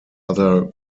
other